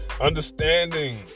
Understanding